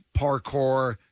parkour